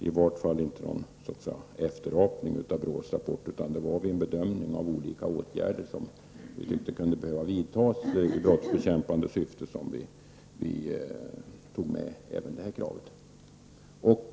I varje fall är inte motionen någon efterapning av BRÅS rapport, utan det var vid bedömningen av vilka åtgärder som skulle behöva vidtas i brottsbekämpande syfte som vi tog med det här kravet.